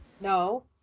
No